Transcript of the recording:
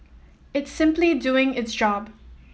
it's simply doing its job